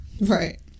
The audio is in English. right